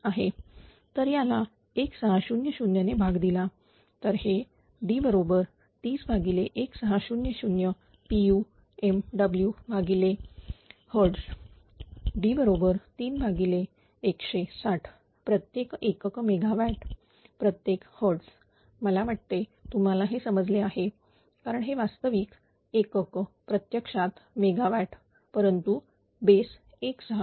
तर याला 1600 ने भाग दिला तर हे D301600pu MWHz D बरोबर 3160 प्रत्येक एकक मेगावॅट प्रत्येक hertz मला वाटते तुम्हाला हे समजले आहे कारण हे वास्तविक एकक प्रत्यक्षात मेगावॅट परंतु बेस 1600